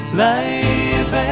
life